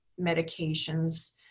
medications